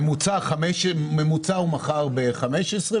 בממוצע הוא מכר ב-15 שקלים,